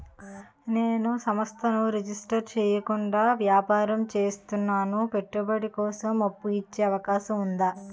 నేను సంస్థను రిజిస్టర్ చేయకుండా వ్యాపారం చేస్తున్నాను పెట్టుబడి కోసం అప్పు ఇచ్చే అవకాశం ఉందా?